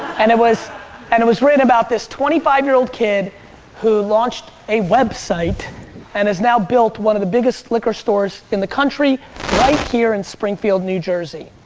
and it was and it was written about this twenty five year old kid who launched a website and has now built one of the biggest liquor stores in the country right here in springfield, new jersey